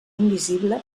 invisible